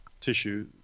tissue